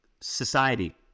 society